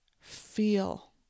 feel